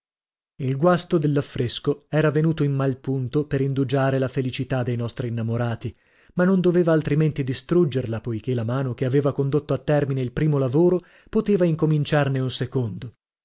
il guasto dell'affresco era venuto in mal punto per indugiare la felicità dei nostri innamorati ma non doveva altrimenti distruggerla poichè la mano che aveva condotto a termine il primo lavoro poteva incominciarne un secondo